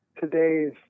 today's